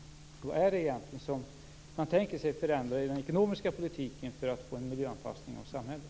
Vad är det egentligen som man tänker förändra i den ekonomiska politiken för att få en miljöanpassning av samhället?